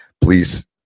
Please